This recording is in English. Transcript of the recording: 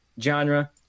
genre